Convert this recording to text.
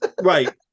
Right